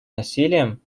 насилием